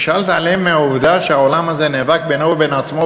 אפשר להתעלם מהעובדה שהעולם הזה נאבק בינו לבין עצמו,